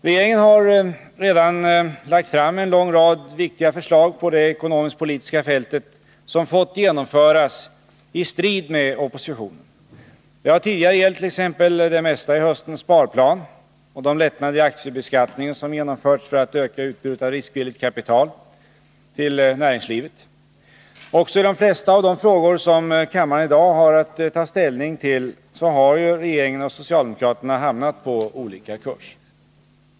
Regeringen har redan lagt fram en lång rad viktiga förslag på det ekonomisk-politiska fältet som fått genomföras i strid med oppositionen. Det har tidigare gällt t.ex. det mesta i höstens sparplan och de lättnader i aktiebeskattningen som genomförts för att öka utbudet av riskvilligt kapital till näringslivet. Också i de flesta av de frågor som kammaren i dag har att ta ställning till har regeringen och socialdemokraterna hamnat på olika kurs.